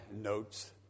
notes